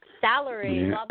salary